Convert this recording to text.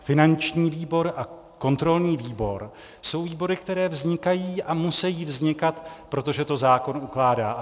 Finanční výbor a kontrolní výbor jsou výbory, které vznikají a musejí vznikat, protože to zákon ukládá.